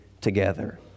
together